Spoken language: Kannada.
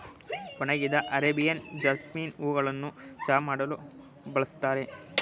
ಒಣಗಿದ ಅರೇಬಿಯನ್ ಜಾಸ್ಮಿನ್ ಹೂಗಳನ್ನು ಚಹಾ ಮಾಡಲು ಬಳ್ಸತ್ತರೆ